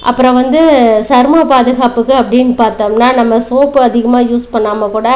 அப்புறம் வந்து சர்ம பாதுகாப்புக்கு அப்படினு பார்த்தம்னா நம்ம சோப்பு அதிகமாக யூஸ் பண்ணாமல் கூட